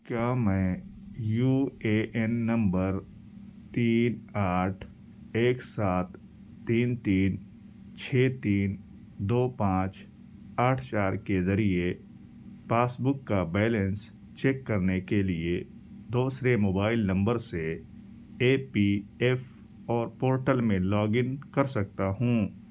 کیا میں U A N number تین آٹھ ایک سات تین تین چھ تین دو پانچ آٹھ چار کے ذریعے پاس بک کا بیلنس چیک کرنے کے لیے دوسرے موبائل نمبر سے E P F O portal میں لاگ ان کر سکتا ہوں